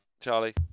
Charlie